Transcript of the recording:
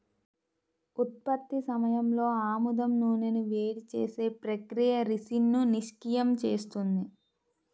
ఉత్పత్తి సమయంలో ఆముదం నూనెను వేడి చేసే ప్రక్రియ రిసిన్ను నిష్క్రియం చేస్తుంది